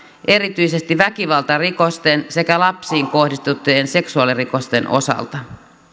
erityisesti väkivaltarikosten sekä lapsiin kohdistettujen seksuaalirikosten osalta